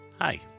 Hi